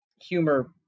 humor